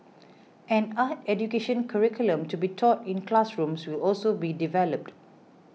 an art education curriculum to be taught in classrooms will also be developed